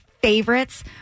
favorites